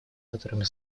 которыми